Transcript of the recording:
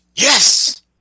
Yes